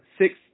six